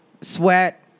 sweat